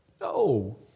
No